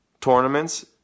tournaments